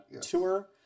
Tour